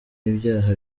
ibyaha